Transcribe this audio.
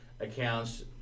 accounts